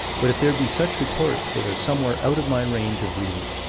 but if there be such reports they are somewhere out of my range of reading.